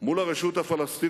מול הרשות הפלסטינית,